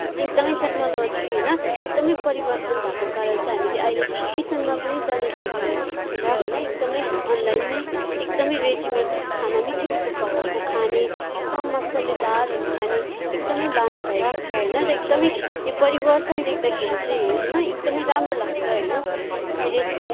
एकदमै टेक्नोलोजी होइन एकदमै परिवर्तन भएको कारण चाहिँ हामीले अहिले किचनमा पनि जान छोडिरहेको छ होइन एकदमै अनलाइनमै एकदमै रेडिमेट खाना एकदमै मिठो मिठो पकाएको खाने एकदम मसालेदारहरू खाने एकदमै बानी भएको छ होइन र एकदमै यो परिवर्तन देख्दाखेरि चाहिँ होइन एकदमै राम्रो लाग्छ होइन अहिले